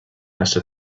asked